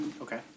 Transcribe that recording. Okay